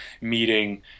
meeting